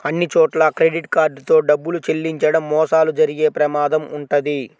అన్నిచోట్లా credit card తో డబ్బులు చెల్లించడం మోసాలు జరిగే ప్రమాదం వుంటది